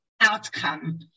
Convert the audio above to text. outcome